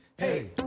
hey.